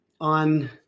on